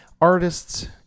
Artists